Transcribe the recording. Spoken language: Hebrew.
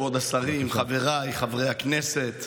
כבוד השרים, חבריי חברי הכנסת,